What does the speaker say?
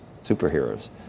superheroes